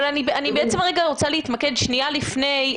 אני רוצה להתמקד במה שקורה לפני כן.